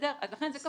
אז לכן זה כפוף.